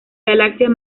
galaxias